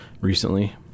recently